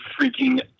freaking